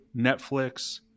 Netflix